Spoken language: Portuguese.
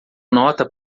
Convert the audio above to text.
nota